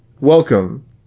Welcome